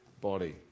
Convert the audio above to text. body